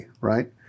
right